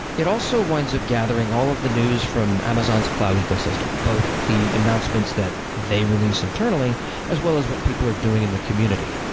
it also winds up gathering all of the news from amazon's cloud ecosystem, both the announcements that they release internally as well as what people are doing in the community.